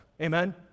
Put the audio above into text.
Amen